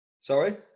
sorry